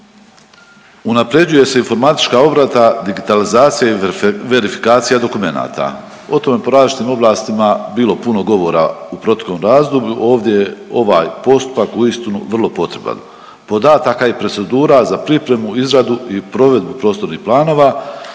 Unaprjeđuje se informatička obrada, digitalizacija i verifikacija dokumenata. O tome po različitim oblastima je bilo puno govora u proteklom razdoblju. Ovdje ovaj postupak uistinu je vrlo potreban. Podataka i procedura za pripremu, izradu i provedbu prostornih planova